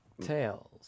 tails